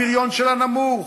הפריון שלה נמוך.